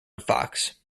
foxe